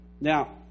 Now